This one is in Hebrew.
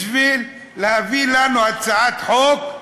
בשביל להביא לנו הצעת חוק,